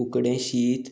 उकडें शीत